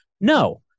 No